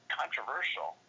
controversial